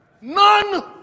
None